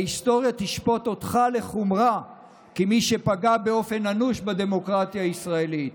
ההיסטוריה תשפוט אותך לחומרה כמי שפגע באופן אנוש בדמוקרטיה הישראלית.